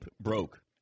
broke